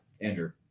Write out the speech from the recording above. andrew